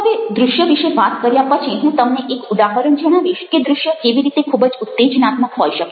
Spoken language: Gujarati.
હવે દ્રશ્ય વિશે વાત કર્યા પછી હું તમને એક ઉદાહરણ જણાવીશ કે દ્રશ્ય કેવી રીતે ખૂબ જ ઉત્તેજનાત્મક હોઈ શકે છે